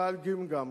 אבל גמגמת,